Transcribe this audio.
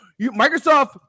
Microsoft